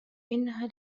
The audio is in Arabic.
إنها